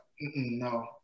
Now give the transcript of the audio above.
no